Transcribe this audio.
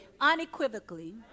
unequivocally